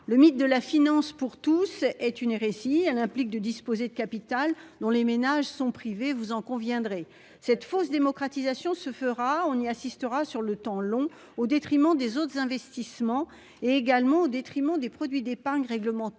le mythe de la finance pour tous est une récit elle implique de disposer de capital dont les ménages sont privés, vous en conviendrez cette fausse démocratisation se fera on y assistera sur le temps long, au détriment des autres investissements et également au détriment des produits d'épargne réglementés.